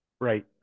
Right